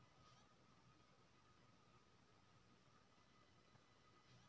हम केना बुझीये कि हमर उपज में नमी नय हुए सके छै?